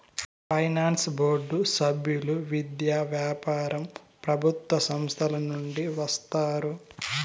finance board సభ్యులు విద్య, వ్యాపారం ప్రభుత్వ సంస్థల నుండి వస్తారు